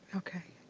okay.